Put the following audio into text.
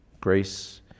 Grace